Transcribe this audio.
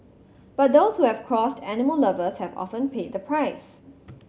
but those who have crossed animal lovers have often paid the price